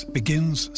begins